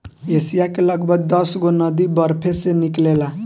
Asia के लगभग दसगो नदी बरफे से निकलेला